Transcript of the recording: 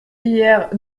hier